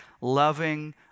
loving